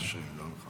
מאשרים, זה לא נכון.